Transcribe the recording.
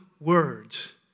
words